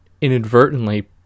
inadvertently